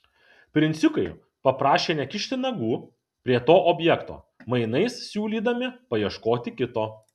princiukai paprašė nekišti nagų prie to objekto mainais siūlydami paieškoti kito